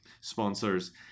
sponsors